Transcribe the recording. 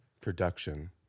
production